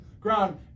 ground